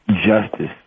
justice